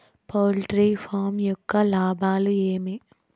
poultry farm యొక్క లాభాలు ఏమి